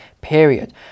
period